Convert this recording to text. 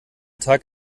tag